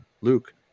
Luke